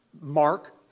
Mark